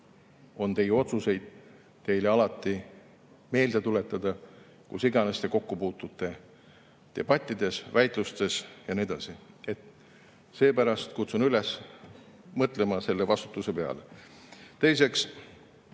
kolleegide kohus teile alati meelde tuletada, kus iganes te kokku puutute, debattides, väitlustes ja nii edasi. Seepärast kutsun üles mõtlema selle vastutuse peale.